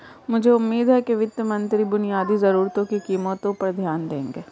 मुझे उम्मीद है कि वित्त मंत्री बुनियादी जरूरतों की कीमतों पर ध्यान देंगे